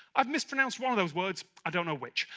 i've mispronounced one of those words i don't know which.